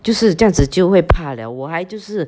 就是这样子就会怕 liao 我还就是